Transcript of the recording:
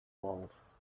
walls